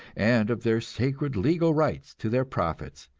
and of their sacred legal rights to their profits,